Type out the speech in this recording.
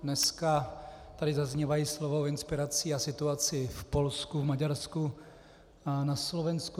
Dneska tady zaznívají slova o inspiraci situací v Polsku, v Maďarsku a na Slovensku.